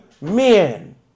men